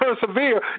persevere